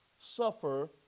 suffer